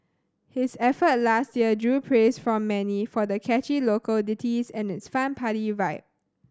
his effort last year drew praise from many for the catchy local ditties and its fun party vibe